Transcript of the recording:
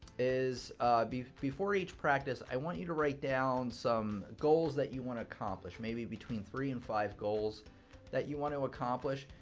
is before before each practice, i want you to write down some goals that you want to accomplish. maybe between three and five goals that you want to accomplish.